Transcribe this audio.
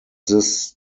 this